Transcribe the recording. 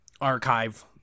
archive